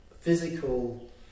physical